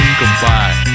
goodbye